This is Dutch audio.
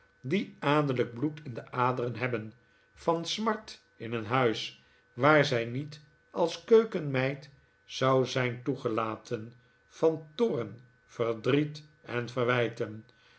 die adellijk bloed in de aderen hebben j van smart in een huis waar zij niet als keukenmeid zou zijn toegelaten van toorn verdriet en verwijten